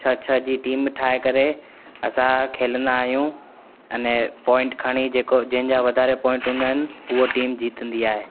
छह छह जी टीम ठाहे करे असां खेॾंदा आहियूं अने पॉइंट खणी जेको जंहिंजा वधारे पॉइंट हूंदा आहिनि उहा टीम जीतंदी आहे